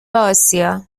آسیا